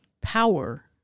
power